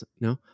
no